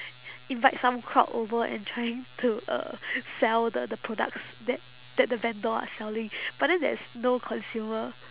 invite some crowd over and trying to uh sell the the products that that the vendor is selling but then there is no consumer